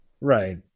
Right